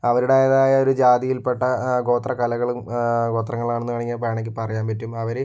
അവരുടേതായ ഒരു ജാതിയിൽ പെട്ട ഗോത്രകലകളും ഗോത്രങ്ങൾ ആണെന്ന് വേണമെങ്കിൽ പറയാൻ പറ്റും അവര്